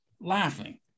laughing